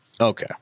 Okay